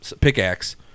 pickaxe